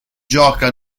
gioca